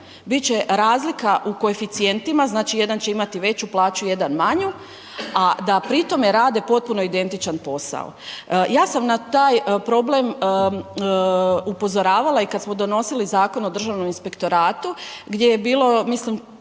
će razlika u koeficijentima, znači jedan će imati veću plaću, jedan manju, a da pri tome rade potpuno identičan posao. Ja sam na taj problem upozoravala i kad smo donosili zakon o Državnom inspektoratu gdje je bilo mislim,